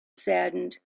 saddened